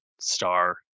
star